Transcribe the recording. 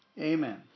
Amen